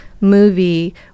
movie